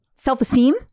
Self-esteem